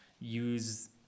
use